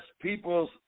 peoples